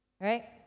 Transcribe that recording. right